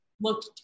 looked